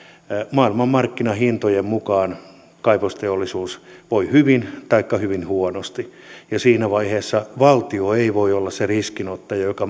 maailmanmarkkinahintojen mukaan kaivosteollisuus voi hyvin taikka hyvin huonosti ja siinä vaiheessa valtio ei voi olla se riskinottaja joka